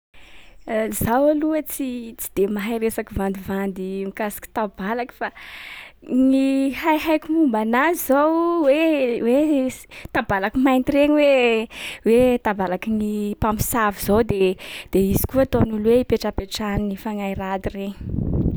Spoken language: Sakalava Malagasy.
Zaho aloha tsy- tsy de mahay resaky vandivandy mikasiky tabalaky. Fa ny haihaiko momba anazy zao hoe- hoe s- tabalaky mainty regny hoe - hoe tabalaky gny mpamosavy zao de- de izy koa ataon’olo hoe ipetrapetrahan’ny fagnahy raty regny.